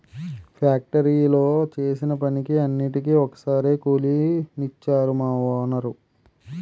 ఫ్యాక్టరీలో చేసిన పనికి అన్నిటికీ ఒక్కసారే కూలి నిచ్చేరు మా వోనరు